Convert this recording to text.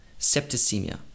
septicemia